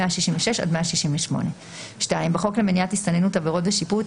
166 עד 168. בחוק למניעת הסתננות (עבירות ושיפוט),